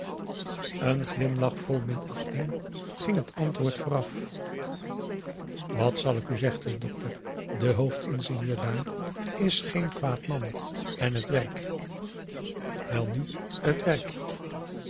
een glimlach vol minachting ging het antwoord vooraf wat zal ik u zeggen dokter de hoofdingenieur dààr is geen kwaad man en het werk welnu het werk